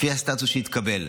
לפי הסטטוס שהתקבל,